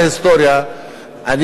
מביאים אותו בפרוסות,